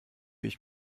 ich